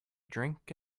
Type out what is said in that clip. drink